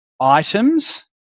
items